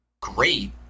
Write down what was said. great